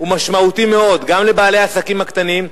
הוא משמעותי מאוד, גם לבעלי העסקים הקטנים,